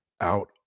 out